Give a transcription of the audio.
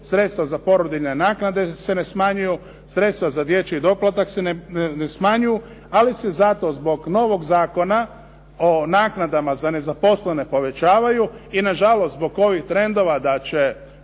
sredstva za porodiljine naknade se ne smanjuju, sredstva za dječji doplatak se ne smanjuju, ali se zato zbog novog Zakona o naknadama za nezaposlene povećavaju i na žalost zbog ovih trendova da će